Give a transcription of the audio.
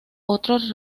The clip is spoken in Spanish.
otros